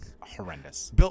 Horrendous